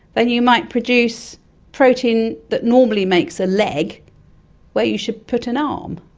then you might produce protein that normally makes a leg where you should put an arm.